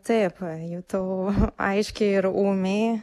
taip pajutau aiškiai ir ūmiai